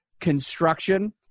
construction